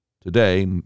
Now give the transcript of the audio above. today